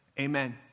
amen